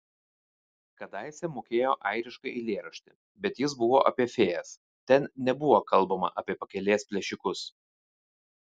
kadaise mokėjo airišką eilėraštį bet jis buvo apie fėjas ten nebuvo kalbama apie pakelės plėšikus